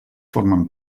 formen